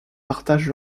partagent